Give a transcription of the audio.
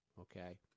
okay